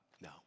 no